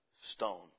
stone